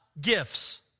gifts